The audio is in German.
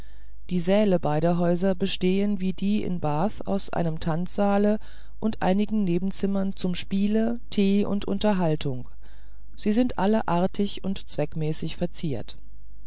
die säle beider häuser bestehen wie die in bath aus einem tanzsaale und einigen nebenzimmern zum spiele tee und unterhaltung sie sind alle artig und zweckmäßig verziert